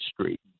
Street